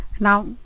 Now